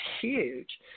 huge